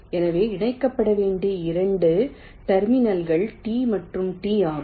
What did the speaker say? எனவே இணைக்கப்பட வேண்டிய 2 டெர்மினல்கள் T மற்றும் T ஆகும்